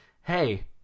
hey